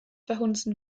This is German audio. verhunzen